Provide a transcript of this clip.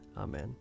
Amen